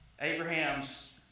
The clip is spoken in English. Abraham's